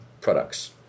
products